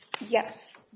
Yes